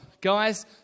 Guys